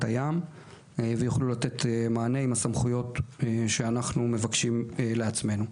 הים ויוכלו לתת מענה עם הסמכויות שאנחנו מבקשים לעצמנו.